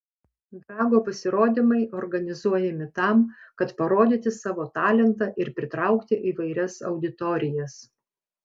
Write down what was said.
drago pasirodymai organizuojami tam kad parodyti savo talentą ir pritraukti įvairias auditorijas